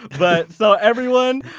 but so everyone,